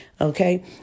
okay